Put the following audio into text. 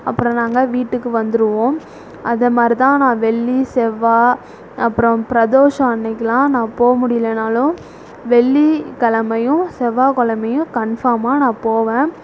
அப்புறம் நாங்கள் வீட்டுக்கு வந்துடுவோம் அதை மாதிரிதான் நான் வெள்ளி செவ்வாய் அப்புறம் பிரதோஷம் அன்னிக்கிலாம் நான் போகமுடிலனாலும் வெள்ளிக்கிழமையும் செவ்வாய் கிழமையும் கன்ஃபார்மாக நான் போவேன்